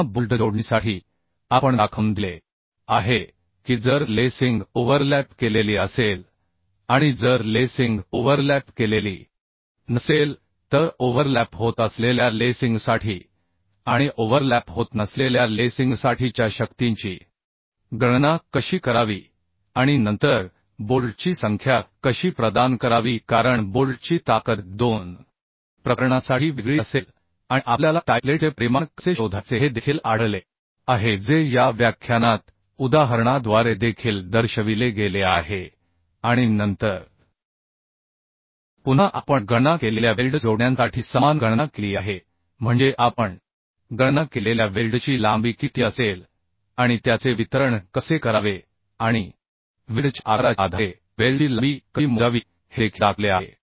पुन्हा बोल्ट जोडणीसाठी आपण दाखवून दिले आहे की जर लेसिंग ओव्हरलॅप केलेली असेल आणि जर लेसिंग ओव्हरलॅप केलेली नसेल तर ओव्हरलॅप होत असलेल्या लेसिंगसाठी आणि ओव्हरलॅप होत नसलेल्या लेसिंगसाठीच्या शक्तींची गणना कशी करावी आणि नंतर बोल्टची संख्या कशी प्रदान करावी कारण बोल्टची ताकद 2 प्रकरणांसाठी वेगळी असेल आणि आपल्याला टाइपलेटचे परिमाण कसे शोधायचे हे देखील आढळले आहे या व्याख्यानात उदाहरणाद्वारे देखील दर्शविले गेले आहे आणि नंतर पुन्हा आपण गणना केलेल्या वेल्ड जोडण्यांसाठी समान गणना केली आहे म्हणजे आपण गणना केलेल्या वेल्डची लांबी किती असेल आणि त्याचे वितरण कसे करावे आणि वेल्डच्या आकाराच्या आधारे वेल्डची लांबी कशी मोजावी हे देखील दाखवले आहे